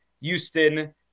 Houston